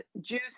juice